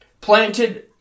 planted